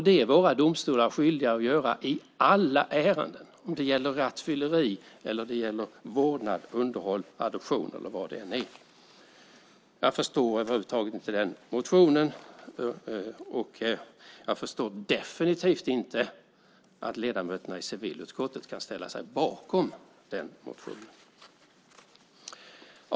Det är våra domstolar skyldiga att göra i alla ärenden, om det gäller rattfylleri, vårdnad, underhåll, adoption eller vad det än är. Jag förstår över huvud taget inte den motionen, och jag förstår definitivt inte att ledamöterna i civilutskottet kan ställa sig bakom den motionen.